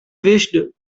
wished